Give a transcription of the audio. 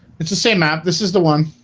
it's the same map. this is the one